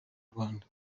rwanda